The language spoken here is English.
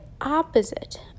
opposite